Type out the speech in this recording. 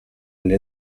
alle